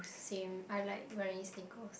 same I like wearing sneakers